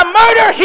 murder